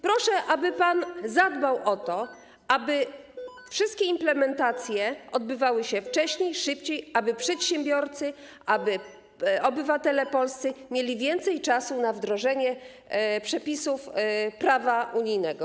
Proszę, aby pan zadbał o to, aby wszystkie implementacje odbywały się wcześniej, szybciej, aby przedsiębiorcy, polscy obywatele mieli więcej czasu na wdrożenie przepisów prawa unijnego.